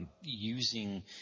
using